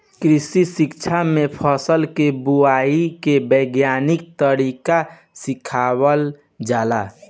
कृषि शिक्षा में फसल के बोआई के वैज्ञानिक तरीका सिखावल जाला